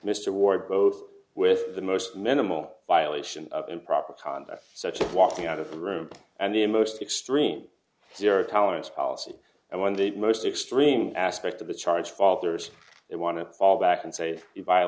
mr war both with the most minimal violation of improper conduct such as walking out of the room and the most extreme zero tolerance policy and when the most extreme aspect of the charge falters they want to fall back and say